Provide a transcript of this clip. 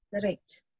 correct